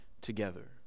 together